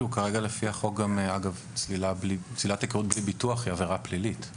כרגע גם צלילת היכרות בלי ביטוח היא עבירה פלילית.